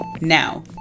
now